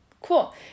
Cool